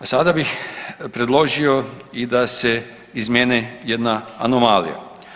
A sada bi predložio i da se izmijene jedna anomalija.